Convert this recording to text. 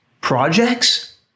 projects